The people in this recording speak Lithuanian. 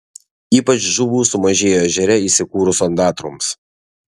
ypač žuvų sumažėjo ežere įsikūrus ondatroms